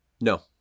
No